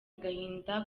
agahinda